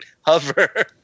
hover